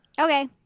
Okay